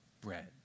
bread